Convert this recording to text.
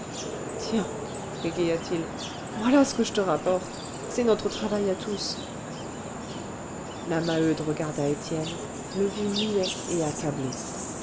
bégaya-t-il voilà ce que je te rapporte c'est notre travail à tous la maheude regarda étienne le vit muet et accablé